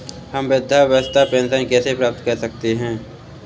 हम वृद्धावस्था पेंशन कैसे प्राप्त कर सकते हैं?